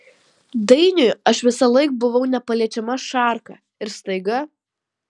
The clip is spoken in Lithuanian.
dainiui aš visąlaik buvau nepaliečiama šarka ir staiga